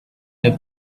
their